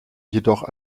jedoch